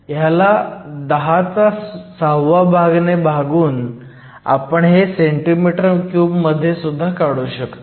ह्याला 106 ने भागून आपण हे cm3 मध्ये काढू शकतो